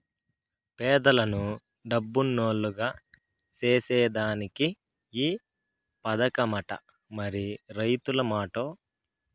పేదలను డబ్బునోల్లుగ సేసేదానికే ఈ పదకమట, మరి రైతుల మాటో